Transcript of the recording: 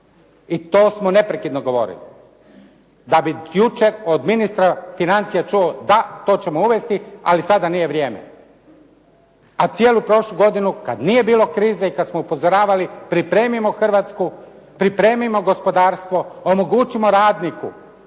I to smo neprekidno govorili. Da bi jučer od ministra financija, da to ćemo uvesti ali sada nije vrijeme. A cijelu prošlu godinu kada nije bilo krize i kada smo upozoravali, pripremimo gospodarstvo, omogućimo radniku